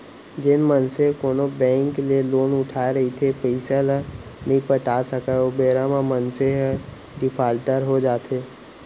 जेन मनसे कोनो बेंक ले लोन उठाय रहिथे पइसा ल नइ पटा सकय ओ बेरा म मनसे ह डिफाल्टर हो जाथे